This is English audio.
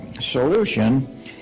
solution